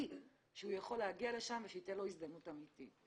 שהוא יכול להגיע לשם ושייתן לו הזדמנות אמתית.